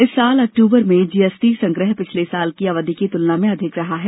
इस साल अक्टूबर में जीएसटी संग्रह पिछले साल की इसी अवधि की तुलना में अधिक रहा है